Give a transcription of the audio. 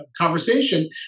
conversation